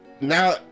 now –